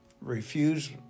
refuse